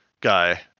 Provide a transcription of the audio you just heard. guy